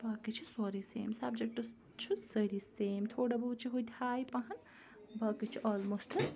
باقٕے چھِ سورُے سیم سبجَکٹٕس چھِ سٲری سیم تھوڑا بہت چھِ ہُہ تہِ ہاے پَہَم باقٕے چھِ آلموسٹ